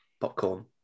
Popcorn